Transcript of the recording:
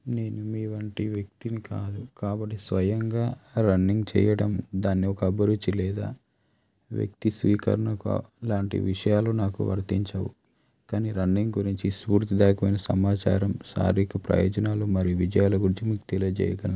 నేను మీ వంటి వ్యక్తిని కాదు కాబట్టి స్వయంగా రన్నింగ్ చేయడం దాన్ని ఒక అభిరుచి లేదా వ్యక్తి స్వీకరణకు ఇలాంటి విషయాలు నాకు వర్తించవు కానీ రన్నింగ్ గురించి స్పూర్తి దాయకమైనా సమాచారం సారిక ప్రయోజనాలు మరియు విజయాల గురించి మీకు తెలియజేయగలను